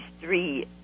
three